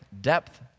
depth